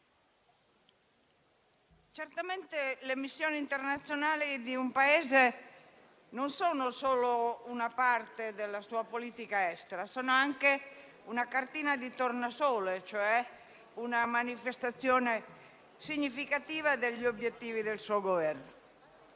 certamente le missioni internazionali non sono solo una parte della politica estera di un Paese, ma sono anche una cartina tornasole, cioè una manifestazione significativa degli obiettivi del suo Governo.